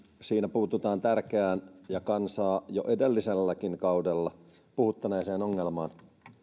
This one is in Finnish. siinä puututaan tärkeään ja kansaa jo edelliselläkin kaudella puhuttaneeseen ongelmaan